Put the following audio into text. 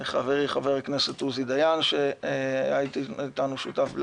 לחברי חבר הכנסת עוזי דיין שהיה שותף איתנו